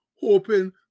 hoping